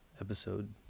episode